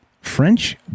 French